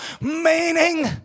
meaning